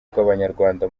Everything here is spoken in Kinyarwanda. rw’abanyarwanda